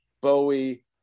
Bowie